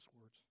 words